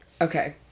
Okay